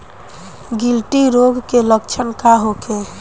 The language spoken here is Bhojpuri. गिल्टी रोग के लक्षण का होखे?